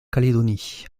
calédonie